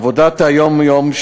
עבודת היום-יום,